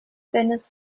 dennis